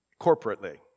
corporately